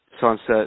sunset